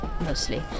mostly